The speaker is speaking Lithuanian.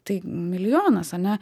tai milijonas ane